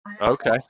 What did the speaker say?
Okay